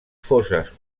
foses